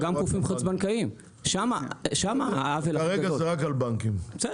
וגם גופים חוץ בנקאיים, שם העוול הכי גדול.